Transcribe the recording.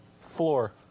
Floor